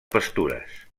pastures